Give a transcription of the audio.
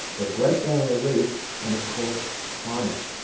the great barrier reef and of course climate.